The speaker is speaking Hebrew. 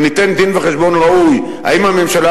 וניתן דין-וחשבון ראוי האם הממשלה